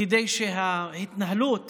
כדי שההתנהלות